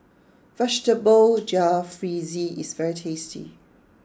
Vegetable Jalfrezi is very tasty